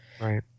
Right